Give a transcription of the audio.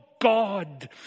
God